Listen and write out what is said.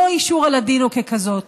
אי-אישור הלדינו ככזאת.